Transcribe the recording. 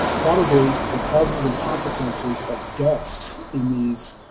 probably the causes and consequences of dust in these